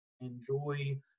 enjoy